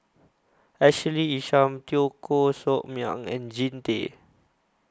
Ashley Isham Teo Koh Sock Miang and Jean Tay